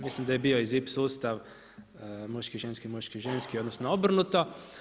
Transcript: Mislim da je bio i ZIP sustav muški ženski, muški ženski, odnosno obrnuto.